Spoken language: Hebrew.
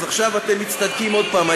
אז עכשיו אתם מצטדקים עוד פעם.